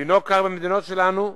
לנהוג כך במדינות שלנו?